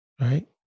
right